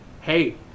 Hey